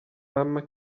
mamma